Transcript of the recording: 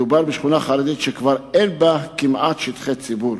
מדובר בשכונה חרדית שכבר אין בה כמעט שטחי ציבור.